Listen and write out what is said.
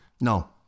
No